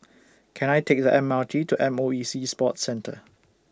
Can I Take The M R T to M O E Sea Sports Centre